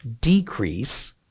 decrease